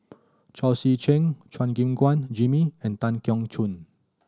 Chao Tzee Cheng Chua Gim Guan Jimmy and Tan Keong Choon